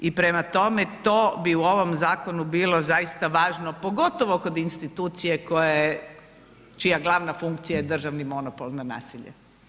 I prema tome, to bi u ovom zakonu bilo zaista važno, pogotovo kod institucije čija glavna funkcija je državni monopol na nasilje.